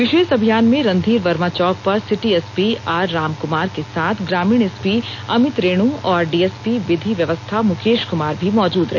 विशेष अभियान में रणधीर वर्मा चौक पर सिटी एसपी आर रामकुमार के साथ ग्रामीण एसपी अमित रेणू और डीएसपी विधि व्यवस्था मुकेश कुमार भी मौजूद रहे